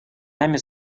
нами